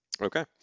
Okay